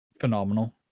Phenomenal